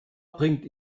bringt